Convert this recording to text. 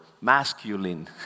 masculine